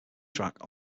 track